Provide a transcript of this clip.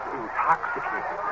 intoxicated